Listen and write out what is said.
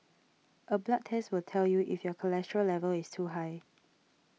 a blood test will tell you if your cholesterol level is too high